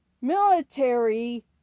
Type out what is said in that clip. military